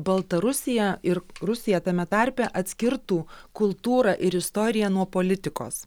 baltarusija ir rusija tame tarpe atskirtų kultūrą ir istoriją nuo politikos